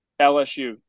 LSU